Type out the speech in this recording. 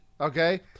Okay